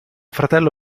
fratello